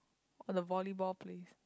or the volleyball place